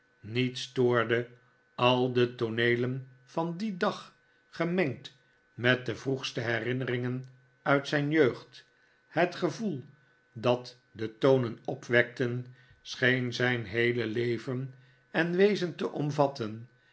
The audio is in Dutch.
niet stoorde al de tooneelen van dien dag gemengd met de vroegste herinneringen uit zijn jeugd het gevoel dat de tonen opwekten scheen zijn heele leven en wezen te omvatten